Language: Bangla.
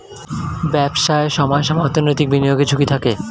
ব্যবসায় সময়ে সময়ে অর্থনৈতিক বিনিয়োগের ঝুঁকি থাকে